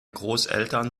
großeltern